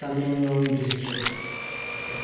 Tamenglong district